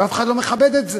ואף אחד לא מכבד את זה.